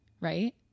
right